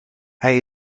hij